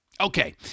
Okay